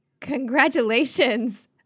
Congratulations